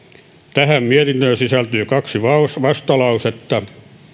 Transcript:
tähän mietintöön sisältyy kaksi vastalausetta